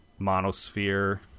Monosphere